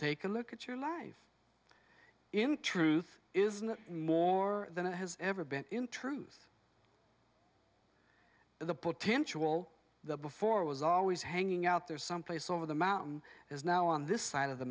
take a look at your life in truth is not more than it has ever been in truth the potential the before was always hanging out there someplace over the mountain is now on this side of the